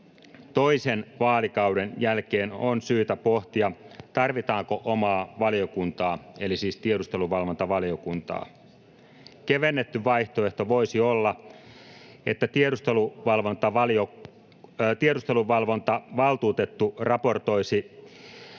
Toisen vaalikauden jälkeen on syytä pohtia, tarvitaanko omaa valiokuntaa eli tiedusteluvalvontavaliokuntaa. Kevennetty vaihtoehto voisi olla, että tiedusteluvalvontavaltuutettu raportoisi